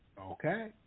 Okay